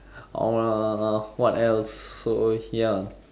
or uh what else so ya